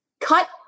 cut